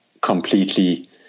completely –